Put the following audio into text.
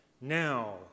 Now